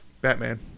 Batman